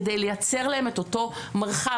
כדי לייצר להם את אותו מרחב.